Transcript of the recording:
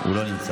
הוא לא נמצא.